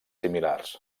similars